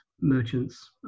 merchants